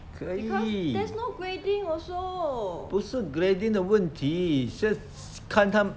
可以不是 grading 的问题是看他